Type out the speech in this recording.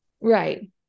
Right